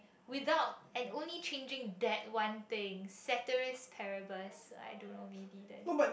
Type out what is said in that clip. without and only changing that one thing ceteris paribus I don't know maybe then